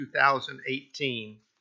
2018